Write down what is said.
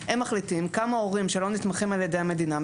הם מחליטים כמה משלמים הורים שלא נתמכים על-ידי המדינה.